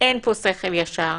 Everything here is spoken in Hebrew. אין פה שכל ישר.